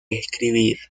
escribir